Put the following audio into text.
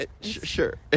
sure